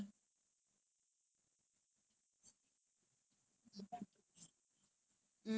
எல்லாரும் வந்து இந்தியால இருந்து:ellaarum vandhu indiala irunthu they come singapore malaysia then more people in malaysia